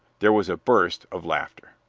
there was a burst of laughter.